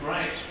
Right